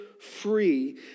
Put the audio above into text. free